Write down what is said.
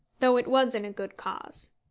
though it was in a good cause.